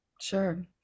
Sure